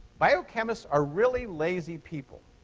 biochemists are really lazy people.